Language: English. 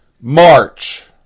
March